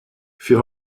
für